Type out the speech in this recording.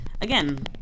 again